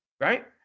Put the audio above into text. Right